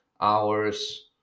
hours